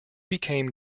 became